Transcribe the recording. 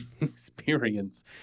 experience